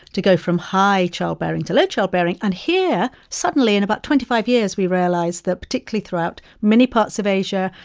to go from high childbearing to low childbearing. and here, suddenly in about twenty five years, we realized that particularly throughout many parts of asia,